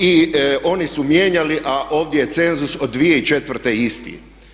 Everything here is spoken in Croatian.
I oni su mijenjali, a ovdje je cenzus od 2004. isti.